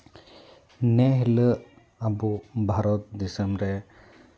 ᱤᱱᱟᱹ ᱦᱤᱞᱳᱜ ᱟᱵᱚ ᱵᱷᱟᱨᱚᱛ ᱫᱤᱥᱚᱢ ᱨᱮ